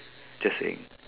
just saying